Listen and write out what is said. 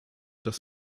das